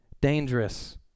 dangerous